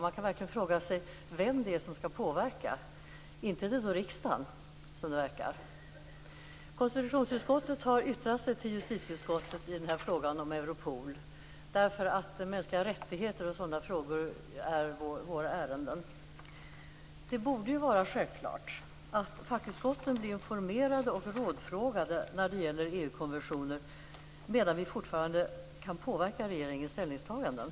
Man kan verkligen fråga sig vem det är som skall påverka. Inte verkar det vara riksdagen i varje fall. Konstitutionsutskottet har yttrat sig till justitieutskottet i frågan om Europol, därför att mänskliga rättigheter och liknande frågor ingår i konstitutionsutskottets arbete. Det borde vara självklart att fackutskotten blir informerade och rådfrågade när det gäller EU-konventioner medan vi fortfarande kan påverka regeringens ställningstaganden.